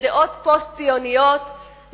לדעות פוסט-ציוניות,